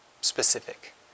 specific